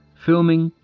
filming,